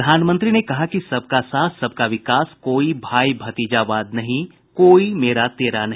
प्रधानमंत्री ने कहा कि सबका साथ सबका विकास कोई भाई भतीजावाद नहीं कोई मेरा तेरा नहीं